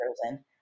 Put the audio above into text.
frozen